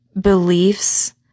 beliefs